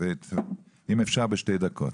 אם אפשר בשתי דקות.